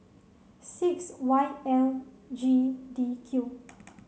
six Y L G D Q